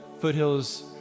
Foothills